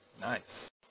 Nice